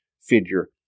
figure